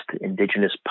indigenous